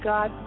God